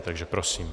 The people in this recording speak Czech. Takže prosím.